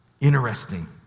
Interesting